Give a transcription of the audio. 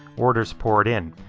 orders poured in,